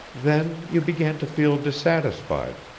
then you began to feel dissatisfied.